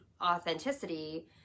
authenticity